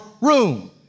room